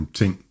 ting